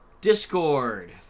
discord